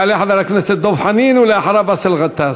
יעלה חבר הכנסת דב חנין, ואחריו, באסל גטאס.